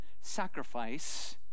sacrifice